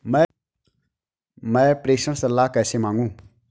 मैं प्रेषण सलाह कैसे मांगूं?